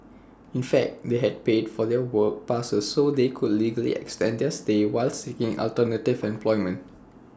in fact they had paid for the work passes so they could legally extend their while seeking alternative employment